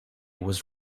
was